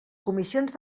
comissions